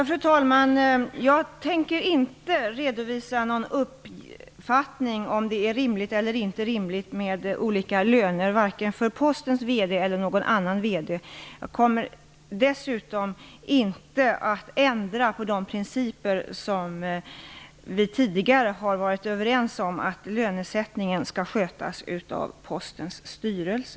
Fru talman! Jag tänker inte redovisa någon uppfattning om det är rimligt eller inte med olika löner vare sig det gäller Postens VD eller någon annan VD. Dessutom kommer jag inte att ändra på de principer som vi tidigare har varit överens om, dvs. att lönesättningen skall skötas av Postens styrelse.